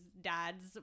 dads